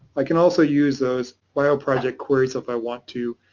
i can also use those bioproject queries, if i want to,